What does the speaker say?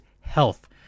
health